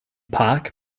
park